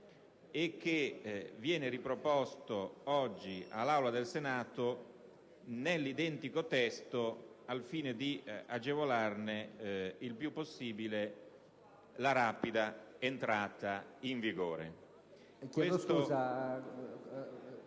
e che viene riproposto oggi all'Aula del Senato nell'identico testo al fine di agevolarne il più possibile la rapida entrata in vigore.